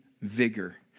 vigor